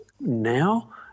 Now